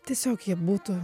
tiesiog jie būtų